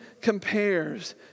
compares